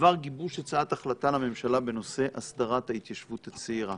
בדבר גיבוש הצעת החלטה לממשלה בנושא הסדרת ההתיישבות הצעירה.